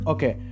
Okay